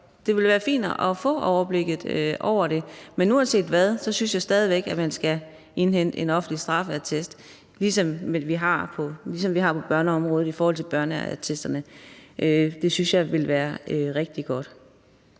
det ville da være fint at få overblik over det. Men uanset hvad, synes jeg stadig væk, at man skal indhente en offentlig straffeattest, ligesom vi har det på børneområdet med børneattesterne. Det synes jeg ville være rigtig godt.